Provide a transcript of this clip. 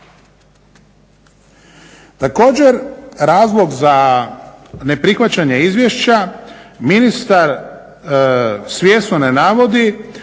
Također, razlog za neprihvaćanje izvješća, ministar svjesno ne navodi